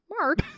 Mark